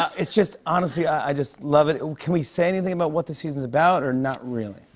it's just, honestly, i just love it. can we say anything about what this season is about or not really?